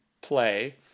play